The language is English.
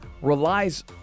relies